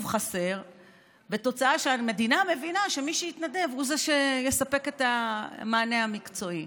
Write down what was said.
חסר ותוצאה שהמדינה מבינה שמי שיתנדב הוא זה שיספק את המענה המקצועי?